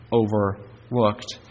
overlooked